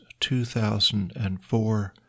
2004